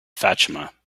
fatima